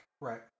Right